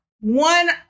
One